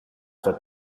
that